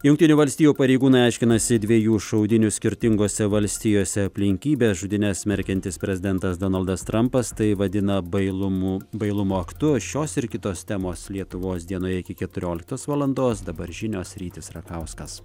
jungtinių valstijų pareigūnai aiškinasi dviejų šaudynių skirtingose valstijose aplinkybes žudynes smerkiantis prezidentas donaldas trampas tai vadina bailumu bailumo aktu šios ir kitos temos lietuvos dienoje iki keturioliktos valandos dabar žinios rytis rakauskas